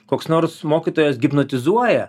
koks nors mokytojas hipnotizuoja